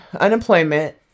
unemployment